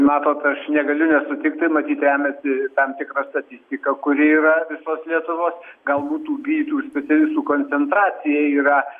matot aš negaliu nesutikti matyt remiasi tam tikra statistika kuri yra visos lietuvos galbūt tų gydytojų specialistų koncentracija yra